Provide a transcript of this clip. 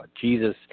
Jesus